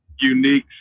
unique